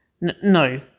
no